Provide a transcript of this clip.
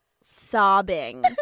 sobbing